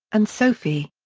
and sophie.